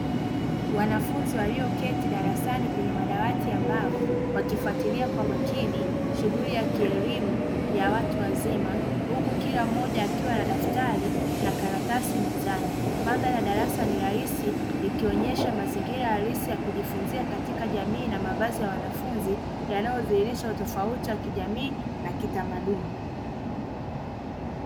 Wanafunzi walioketi darasani kwenye madawati ya mbao wakifuatilia kwa makini shughuli ya kielimu ya watu wazima huku kila mmoja akiwa na daftari na karatasi mezani, mandhari ya darasa ni rahisi ikionesha mazingira halisi ya kujifunzia katika jamii na mavazi ya wanafunzi yanayodhihirisha utofauti wa kijamii na kitamaduni.